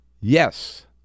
yes